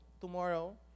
tomorrow